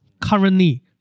currently